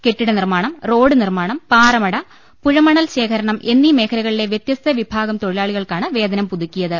കെട്ടിട നിർമാണം റോഡ് നിർമാണം പാറമട പുഴമണൽശേഖരണം എന്നീ മേഖലകളിലെ വ്യത്യസ്ത വിഭാഗം തൊഴിലാളികൾക്കാണ് വേതനം പുതുക്കിയ ത്